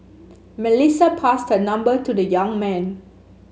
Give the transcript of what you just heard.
Melissa passed her number to the young man